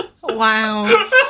Wow